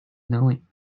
knowing